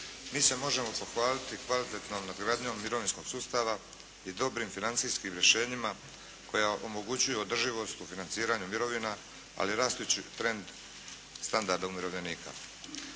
Mi se možemo pohvaliti kvalitetnom nadogradnjom mirovinskog sustava i dobrim financijskim rješenjima koja omogućuju održivost u financiranju mirovina, ali rastući trend standarda umirovljenika.